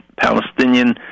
Palestinian